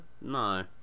no